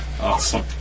awesome